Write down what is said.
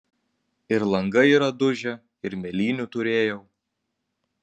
ir langai yra dužę ir mėlynių turėjau